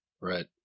Right